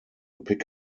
pick